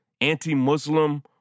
anti-Muslim